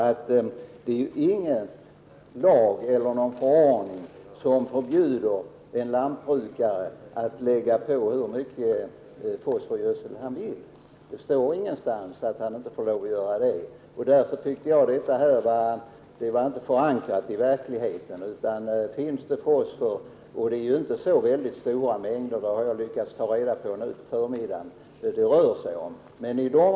Ingen lag eller förordning förbjuder en lantbrukare att lägga på hur mycket fosforgödsel han vill. Därför är inte skrivningen i fråga förankrad i verkligheten. Jag har under förmiddagen lyckats ta reda på att det inte heller rör sig om särskilt stora mängder.